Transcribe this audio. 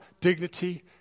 dignity